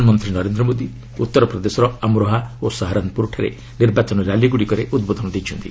ପ୍ରଧାନମନ୍ତ୍ରୀ ନରେନ୍ଦ୍ର ମୋଦି ଉତ୍ତରପ୍ରଦେଶର ଆମ୍ରୋହା ଓ ସାହାରନ୍ପୁରଠାରେ ନିର୍ବାଚନ ର୍ୟାଲିଗୁଡ଼ିକରେ ଉଦ୍ବୋଧନ ଦେଇଛନ୍ତି